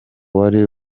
wari